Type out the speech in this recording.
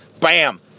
Bam